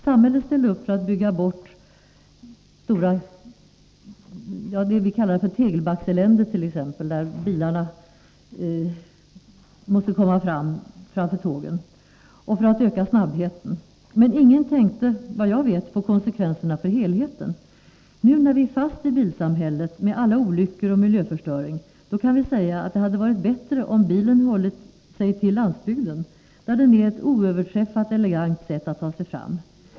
Samhället ställde upp för att bygga bort ”Tegelbackseländet” och för att öka snabbheten. Men ingen tänkte, vad jag vet, på konsekvenserna för helheten. Nu när vi är fast i bilsamhället, med alla olyckor och all miljöförstöring, kan vi säga att det hade varit bättre om bilåkandet hade begränsats till landsbygden, där det är ett oöverträffat elegant sätt att ta sig fram.